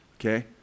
okay